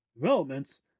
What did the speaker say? Developments